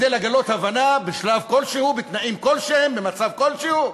לגלות הבנה בשלב כלשהו, בתנאים כלשהם, במצב כלשהו?